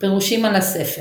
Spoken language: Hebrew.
פירושים על הספר